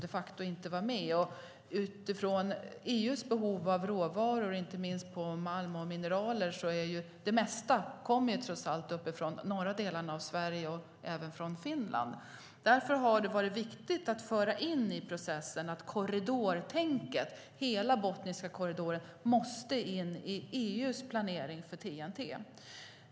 Det finns ett behov i EU av råvaror, inte minst malm och mineraler, och det mesta kommer trots allt från de norra delarna av Sverige och även från Finland. Därför har det varit viktigt att föra in i processen att korridortänket, hela Botniska korridoren, måste in i EU:s planering för TEN-T.